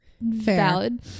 valid